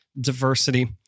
diversity